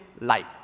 life